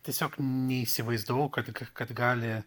tiesiog neįsivaizdavau kad kad gali